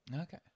okay